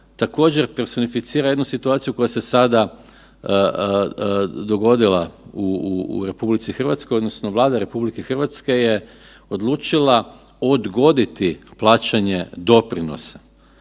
također, personificira jednu situaciju koja se sada dogodila u RH, odnosno Vlada RH je odlučila odgoditi plaćanje doprinosa